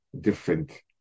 different